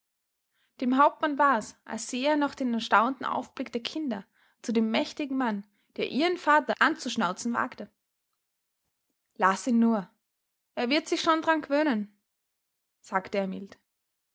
dem hauptmann war's als sähe er noch den erstaunten aufblick der kinder zu dem mächtigen mann der ihren vater anzuschnauzen wagte laß ihn nur er wird sich schon drann gewöhnen sagte er mild